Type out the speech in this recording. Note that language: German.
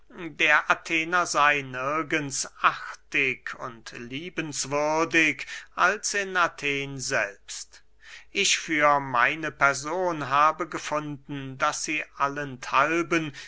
der athener sey nirgends artig und liebenswürdig als in athen selbst ich für meine person habe gefunden daß sie